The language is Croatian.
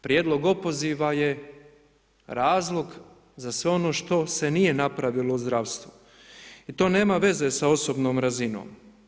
Prijedlog opoziva je razlog za sve ono što se nije napravilo u zdravstvu i to nema veze sa osobnom razinom.